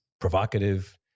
provocative